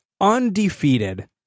undefeated